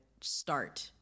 start